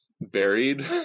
buried